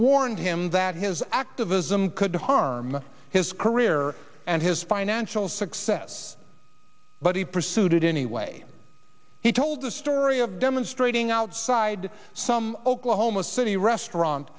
warned him that his activism could harm his career and his financial success but he pursued it anyway he told the story of demonstrating outside some oklahoma city restaurant